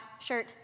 shirt